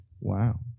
Wow